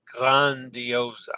Grandiosa